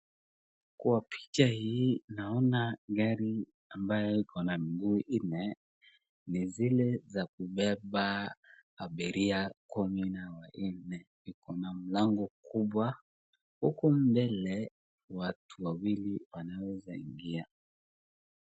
Kwa picha hii naona gari ambayo iko na miguu nne, ni zile za kubeba abiria kumi na wanne. Iko na mlango kubwa, huku mbele watu wawili wanaweza ingia.